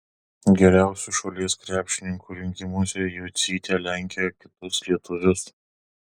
geriausių šalies krepšininkų rinkimuose jocytė lenkia kitus lietuvius